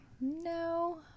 No